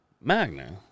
magna